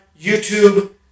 YouTube